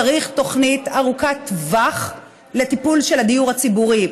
צריך תוכנית ארוכת טווח לטיפול בדיור הציבורי,